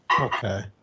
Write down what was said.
Okay